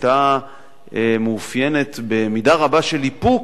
היתה מאופיינת במידה רבה של איפוק,